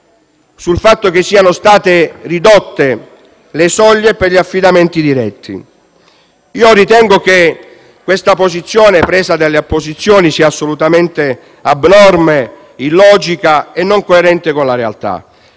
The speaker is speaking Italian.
la riduzione delle soglie per gli affidamenti diretti. Io ritengo che la posizione presa dalle opposizioni sia assolutamente abnorme, illogica e non coerente con la realtà,